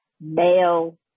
male